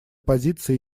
позиции